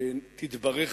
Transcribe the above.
תתברך,